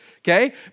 okay